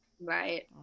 Right